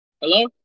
Hello